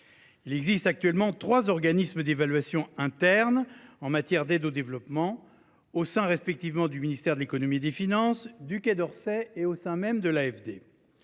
Il existe actuellement trois organismes d’évaluation interne en matière d’aide au développement, respectivement au sein du ministère de l’économie et des finances, du Quai d’Orsay et de l’AFD